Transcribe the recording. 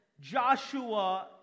Joshua